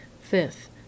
Fifth